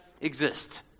exist